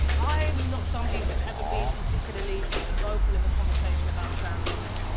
i'm not somebody who's ever been particularly vocal in the conversation about trans rights.